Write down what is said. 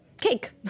cake